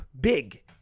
big